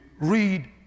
read